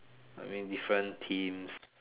I mean different teams